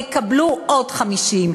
יקבלו עוד %50.